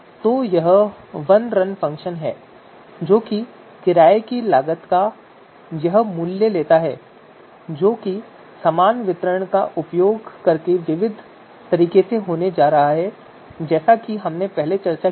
तो यह वनरन फ़ंक्शन है जो किराए की लागत का यह मूल्य लेता है जो कि समान वितरण का उपयोग करके विविध होने जा रहा है जैसा कि हमने पहले चर्चा की है